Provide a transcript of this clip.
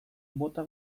bota